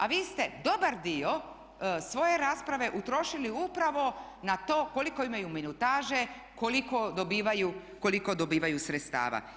A vi ste dobar dio svoje rasprave utrošili upravo na to koliko imaju minutaže, koliko dobivaju sredstava.